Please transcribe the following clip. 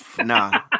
Nah